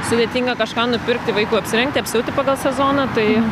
sudėtinga kažką nupirkti vaikui apsirengti apsiauti pagal sezoną tai